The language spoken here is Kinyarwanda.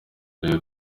yagize